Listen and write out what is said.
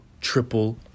triple